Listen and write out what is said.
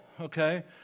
okay